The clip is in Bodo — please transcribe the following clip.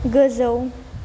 गोजौ